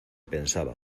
pensaba